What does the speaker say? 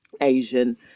Asian